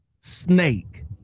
snake